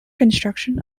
construction